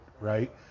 right